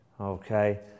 Okay